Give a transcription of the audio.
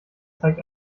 zeigt